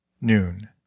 noon